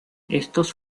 estos